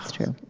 through